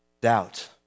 doubt